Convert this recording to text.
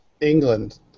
England